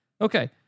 okay